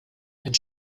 and